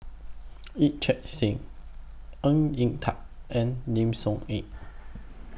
Yee Chia Hsing Ng Yat Chuan and Lim Soo Ngee